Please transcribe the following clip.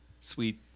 sweet